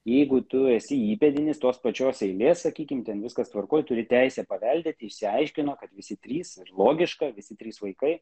jeigu tu esi įpėdinis tos pačios eilės sakykime ten viskas tvarkoje turi teisę paveldėti išsiaiškino kad visi trys ir logiška visi trys vaikai